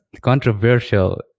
controversial